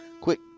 Quick